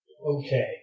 Okay